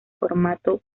formato